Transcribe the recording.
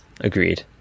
Agreed